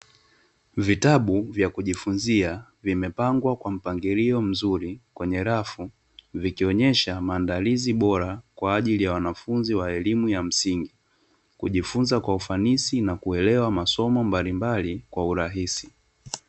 Vitabu vya kujifunzia ,vimepangwa kwa mpangilio mzuri kwenye rafu, vikionyesha maandalizi bora kwa ajili ya wanafunzi wa elimu ya msingi kujifunza kwa ufanisi na kuelewa, masomo mbalimbali kwa ufanisi.